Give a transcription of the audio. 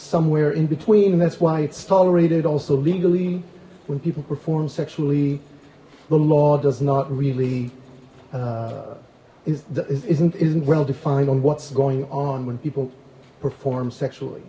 somewhere in between and that's why it's tolerated also legally when people perform sexually the law does not really is that isn't isn't well defined on what's going on when people perform sexually